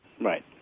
Right